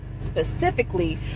specifically